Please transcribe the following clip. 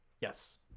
Yes